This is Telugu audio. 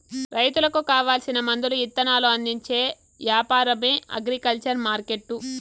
రైతులకు కావాల్సిన మందులు ఇత్తనాలు అందించే యాపారమే అగ్రికల్చర్ మార్కెట్టు